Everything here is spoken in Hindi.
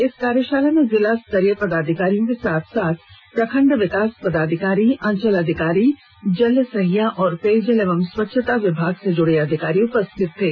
इस कार्यशाला में जिला स्तरीय पदाधिकारियों के साथ साथ प्रखंड विकास पदाधिकारी अंचलाधिकारी जल सहिया और पेयजल एवं स्वच्छता विभाग से जुड़े अधिकारी उपस्थित थे